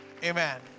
Amen